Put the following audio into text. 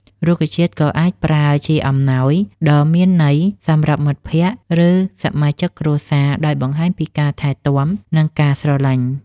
រុក្ខជាតិក៏អាចប្រើជាអំណោយដ៏មានន័យ សម្រាប់មិត្តភក្តិ ឬសមាជិកគ្រួសារ ដោយបង្ហាញពីការថែរក្សា និងការស្រឡាញ់។